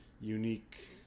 unique